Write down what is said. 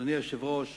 אדוני היושב-ראש,